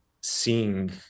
seeing